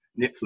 netflix